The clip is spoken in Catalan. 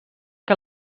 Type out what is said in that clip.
que